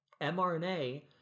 mRNA